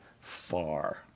far